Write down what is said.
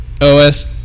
OS